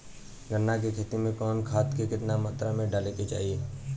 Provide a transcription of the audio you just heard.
गन्ना के खेती में कवन खाद केतना मात्रा में डाले के चाही?